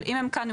אם הם כאן,